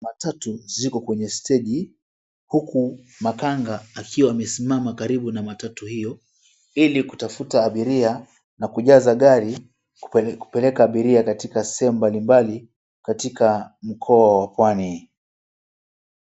Matatu ziko kwenye steji huku makanga akiwa amesimama karibu na matatu hio ili kutafuta abiria na kujaza gari kupeleka abiria katika sehemu mbalimbali katika mkoa wa pwani.